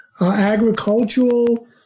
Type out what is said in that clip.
agricultural